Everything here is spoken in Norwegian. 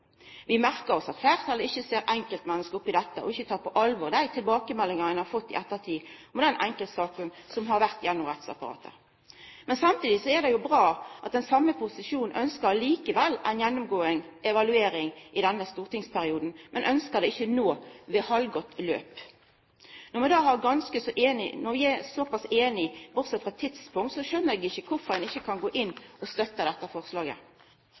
Vi merkar oss at fleirtalet ikkje ser enkeltmennesket oppe i dette, og ikkje tek på alvor dei tilbakemeldingane ein har fått i ettertid om den enkeltsaka som har vore gjennom rettsapparatet. Samtidig er det bra at den same posisjonen ønskjer ein gjennomgang – ei evaluering – i denne stortingsperioden. Men dei ønskjer det ikkje no ved halvgått løp. Når ein er såpass einige, bortsett frå tidspunktet, så skjønar ikkje eg kvifor ein ikkje kan gå inn og støtta dette forslaget.